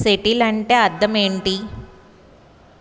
settle అంటే అర్థం ఏంటి